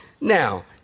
Now